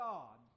God